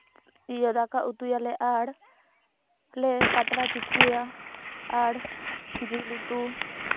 ᱫᱟᱠᱟ ᱩᱛᱩᱭᱟᱞᱮ ᱟᱨ ᱞᱮ ᱯᱟᱛᱲᱟ ᱯᱤᱴᱷᱟᱹᱭᱟ ᱟᱨ ᱡᱤᱞ ᱩᱛᱩ